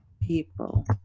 people